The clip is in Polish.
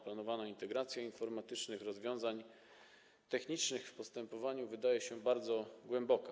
Planowana integracja informatycznych rozwiązań technicznych w postępowaniu wydaje się bardzo głęboka.